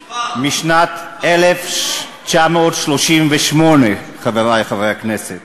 מפנה אליו אצבע מאשימה ודורש ממנו עכשיו להוציא את תעודת היושר שלו.